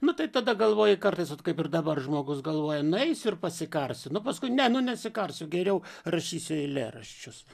nu tai tada galvoji kartais vat kaip ir dabar žmogus galvoja nueisiu ir pasikarsiu nu paskui ne nu nesikarsiu geriau rašysiu eilėraščius